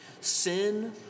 Sin